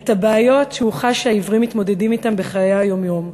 את הבעיות שהוא חש שהעיוורים מתמודדים אתן בחיי היום-יום.